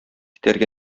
итәргә